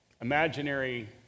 imaginary